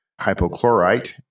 hypochlorite